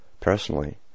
personally